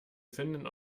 finden